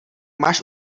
máš